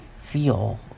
feel